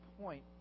point